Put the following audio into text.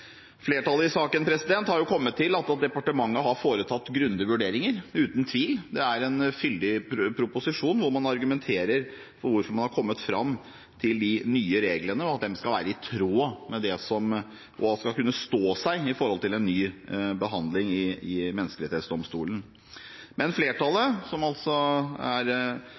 Flertallet i saken har kommet til at departementet har foretatt grundige vurderinger, uten tvil. Det er en fyldig proposisjon hvor man argumenterer for hvorfor man har kommet fram til de nye reglene, og at de skal kunne stå seg i forhold til en ny behandling i Menneskerettsdomstolen. Men flertallet, som altså er